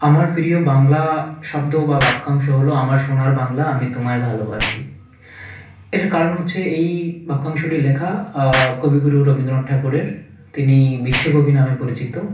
আমার প্রিয় বাংলা শব্দ বা বাক্যাংশ হলো আমার সোনার বাংলা আমি তোমায় ভালোবাসি এটার কারণ হচ্ছে এই বাক্যাংশটি লেখা কবিগুরু রবীন্দ্রনাথ ঠাকুরের তিনি বিশ্বকবি নামে পরিচিত